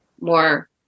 more